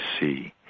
see